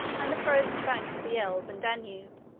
and the frozen banks of the elbe and danube,